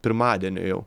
pirmadienio jau